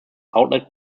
outlet